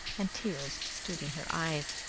and tears stood in her eyes.